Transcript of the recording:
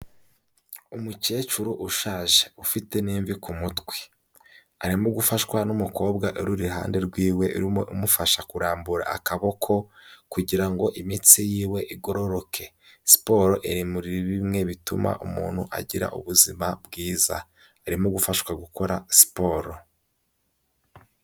Umukecuru ushaje ufite n'imvi ku mutwe, arimo gufashwa n'umukobwa uri uruhande rwe urimo umufasha kurambura akaboko kugira ngo imitsi ye igororoke, siporo iri muri bimwe bituma umuntu agira ubuzima bwiza, arimo gufashwa gukora siporo.